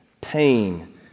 pain